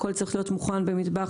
הכול צריך להיות מוכן במטבח,